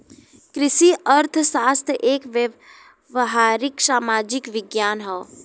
कृषि अर्थशास्त्र एक व्यावहारिक सामाजिक विज्ञान हौ